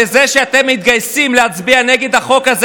בזה שאתם מתגייסים להצביע נגד החוק הזה